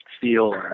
feel